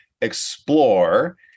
Explore